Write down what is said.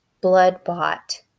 blood-bought